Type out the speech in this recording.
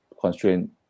constraint